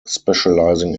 specializing